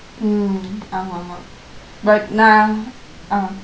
mm ஆமா ஆமா:aamaa aamaa but நா:naa uh